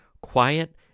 quiet